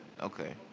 Okay